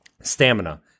stamina